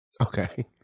Okay